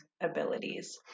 abilities